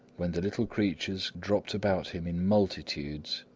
when the little creatures dropped about him in multitudes,